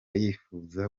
yifuza